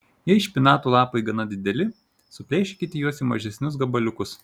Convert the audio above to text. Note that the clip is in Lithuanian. jei špinatų lapai gana dideli suplėšykite juos į mažesnius gabaliukus